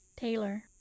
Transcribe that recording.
Taylor